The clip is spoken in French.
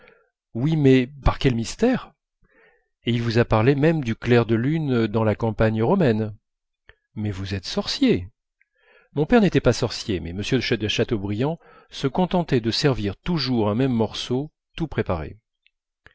oui mais par quel mystère et il vous a parlé même du clair de lune dans la campagne romaine mais vous êtes sorcier mon père n'était pas sorcier mais m de chateaubriand se contentait de servir toujours un même morceau tout préparé